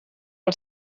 els